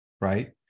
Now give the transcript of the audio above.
right